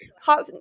hot